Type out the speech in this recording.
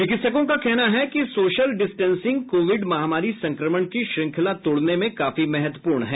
चिकित्सकों का कहना है कि सोशल डिस्टेंसिंग कोविड महामारी संक्रमण की श्रृंखला तोड़ने में काफी महत्वपूर्ण है